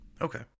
Okay